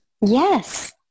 Yes